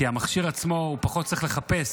כי המכשיר עצמו צריך פחות לחפש